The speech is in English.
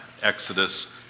Exodus